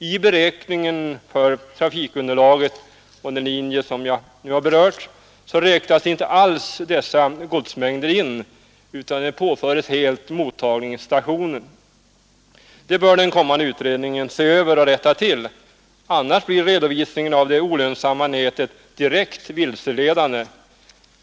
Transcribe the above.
I beräkningen av trafikunderlaget på den linje jag berört räknas inte alls dessa godsmängder in utan de påförs helt borttagningsstationen. Detta bör den kommande utredningen se över och rätta till, annars blir redovisningen av det olönsamma nätet direkt vilseledande.